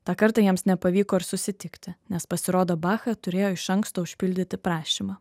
tą kartą jiems nepavyko ir susitikti nes pasirodo bacha turėjo iš anksto užpildyti prašymą